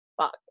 fuck